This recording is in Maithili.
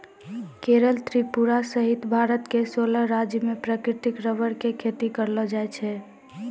केरल त्रिपुरा सहित भारत के सोलह राज्य मॅ प्राकृतिक रबर के खेती करलो जाय छै